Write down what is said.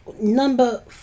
Number